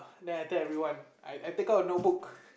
then I tell everyone I I take out a notebook